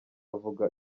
avuga